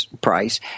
price